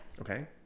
Okay